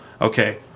okay